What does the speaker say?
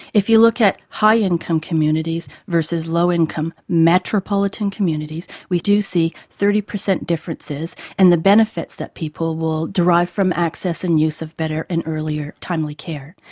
if you look at high income communities versus low income metropolitan communities we do see thirty percent differences and the benefits that people will derive from access and use of better and earlier timely care.